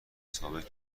ثابت